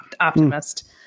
optimist